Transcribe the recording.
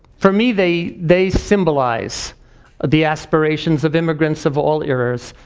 for me they they symbolize the aspirations of immigrants of all eras,